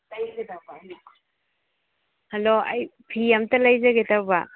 hello ꯑꯩ ꯐꯤ ꯑꯝꯇ ꯂꯩꯖꯒꯦ ꯇꯧꯕ